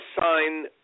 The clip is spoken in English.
sign